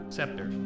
Scepter